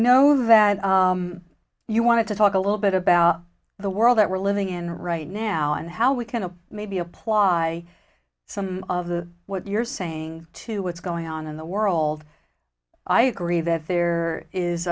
know that you want to talk a little bit about the world that we're living in right now and how we can maybe apply some of the what you're saying to what's going on in the world i agree that there is